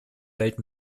welt